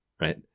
right